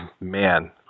man